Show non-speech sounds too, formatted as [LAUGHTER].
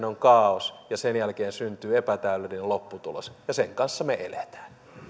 [UNINTELLIGIBLE] on kaaos ja sen jälkeen syntyy epätäydellinen lopputulos ja sen kanssa me elämme